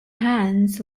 hands